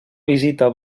visita